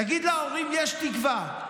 תגיד להורים: יש תקווה.